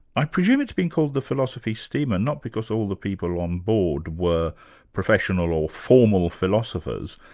i presume it's been called the philosophy steamer, not because all the people on board were professional or formal philosophers,